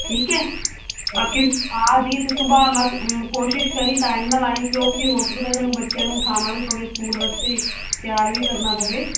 ਠੀਕ ਹ ਬਾਕੀ ਆ ਜੀ ਤੇ ਸੁਬਹਾ ਕੋਸ਼ਿਸ਼ ਕਰੀ ਟਾਈਮ ਨਾਲ ਆਈ ਕਿਉਂਕਿ ਹੋ ਸਕਦਾ ਤੈਨੂੰ ਬੱਚਿਆਂ ਨੂੰ ਉਠਾਣਾ ਵੀ ਪਵੇ ਸਕੂਲ ਵਾਸਤੇ ਤਿਆਰ ਵੀ ਕਰਨਾ ਪਵੇ